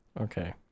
Okay